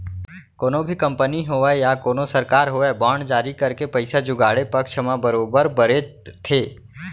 कोनो भी कंपनी होवय या कोनो सरकार होवय बांड जारी करके पइसा जुगाड़े पक्छ म बरोबर बरे थे